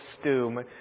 stew